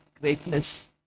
greatness